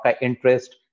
interest